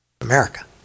America